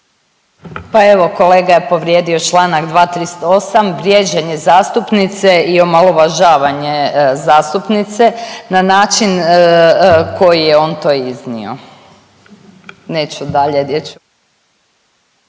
Pa evo, kolega je povrijedio čl. 238., vrijeđanje zastupnice i omalovažavanje zastupnice na način koji je on to iznio,